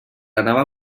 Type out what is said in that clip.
anava